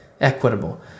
equitable